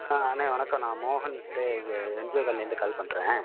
ஆ அண்ணா வணக்கம் நான் மோகன் ஸ்டே இங்கே என்ஜியோ காலனிலேருந்து கால் பண்ணுறேன்